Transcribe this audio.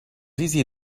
easy